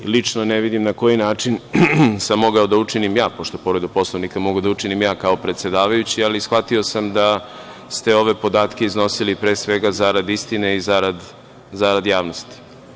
Lično, ne vidim na koji način sam mogao da učinim ja, pošto povredu Poslovnika mogu da učinim ja kao predsedavajući, ali shvatio sam da ste ove podatke iznosili, pre svega, zarad istine i zarad javnosti.